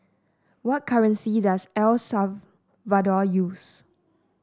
what currency does El Salvador use